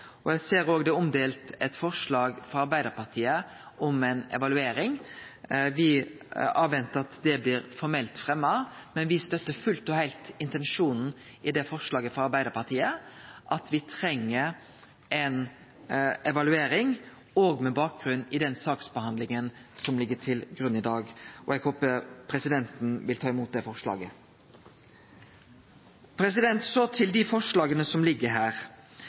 Eg ser også det er omdelt eit forslag frå Arbeidarpartiet om evaluering. Me ventar at det blir formelt fremja, men me støttar fullt og heilt intensjonen i forslaget frå Arbeidarpartiet om at me treng ei evaluering med bakgrunn i den saksbehandlinga som ligg til grunn i dag. Eg håpar presidenten vil ta imot det forslaget. Så til dei forslaga som ligg her.